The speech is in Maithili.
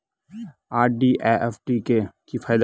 आर.डी आ एफ.डी क की फायदा छै?